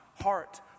heart